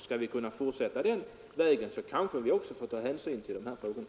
Skall vi fortsätta vägen mot välståndsökning, kanske vi måste ta hänsyn till de här frågorna.